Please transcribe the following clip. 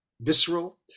visceral